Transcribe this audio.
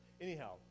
Anyhow